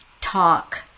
talk